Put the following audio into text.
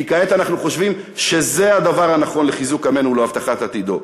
כי כעת אנחנו חושבים שזה הדבר הנכון לחיזוק עמנו ולהבטחת עתידו.